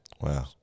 Wow